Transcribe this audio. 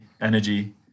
energy